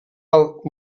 alt